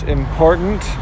important